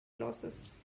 losses